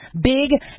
big